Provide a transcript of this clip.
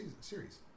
series